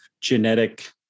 genetic